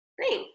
Thanks